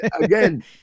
Again